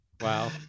Wow